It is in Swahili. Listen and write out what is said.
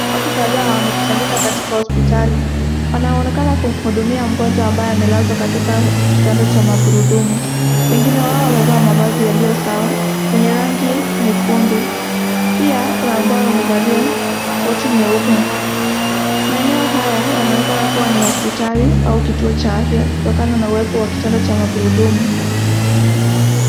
Watu kadhaa wamekusanyika katika hospitali. Wanaonekana kumhudumia mgonjwa ambaye amelazwa katika kitanda cha magurudumu. Wengine wao wamevaa mavazi Sawa yenye rangi nyekundu. Pia kuna wao wamevalia koti nyeupe. Maeneo haya yanaonekana kuwa ni hospitali au kituo cha afya kutokana na uwepo na kitanda cha magurudumu.